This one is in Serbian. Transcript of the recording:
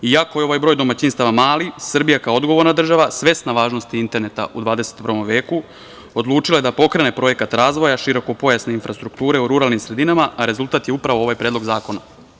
Iako je ovaj broj domaćinstava mali, Srbija kao odgovorna država svesna važnosti interneta u 21. veku odlučila je da pokrene projekat razvoja širokopojasne infrastrukture u ruralnim sredinama, a rezultat je upravo ovaj Predlog zakona.